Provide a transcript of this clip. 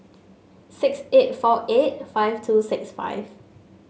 six eight four eight five two six five